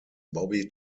bobby